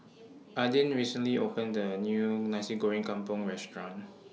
Adin recently opened A New Nasi Goreng Kampung Restaurant